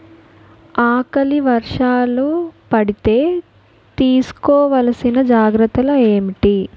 ఆకలి వర్షాలు పడితే తీస్కో వలసిన జాగ్రత్తలు ఏంటి?